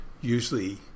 usually